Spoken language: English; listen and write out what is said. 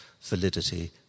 validity